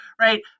right